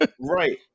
Right